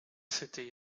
city